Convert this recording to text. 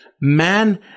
Man